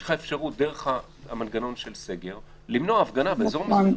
יש לך אפשרות דרך המנגנון של סגר למנוע הפגנה באזור מוגבל.